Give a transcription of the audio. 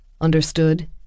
understood